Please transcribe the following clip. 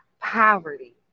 poverty